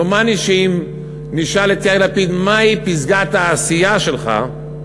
דומני שאם נשאל את יאיר לפיד: מהי פסגת העשייה שלך?